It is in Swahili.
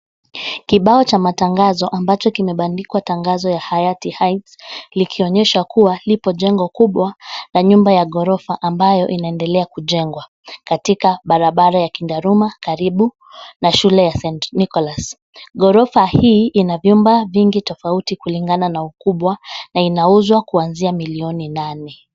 Kibao cha matangazo ambacho kimebandikwa tangazo ya hayati heights likionyesha kuwa lipo jengo kubwa na nyumba ya ghorofa ambayo inaendelea kujengwa, katika barabara ya Kendaruma karibu na shule ya saint Nicholas. Ghorofa hii ina vyumba vingi tofauti kulingana na ukubwa na inauzwa kuanzia millioni nane.